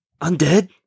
Undead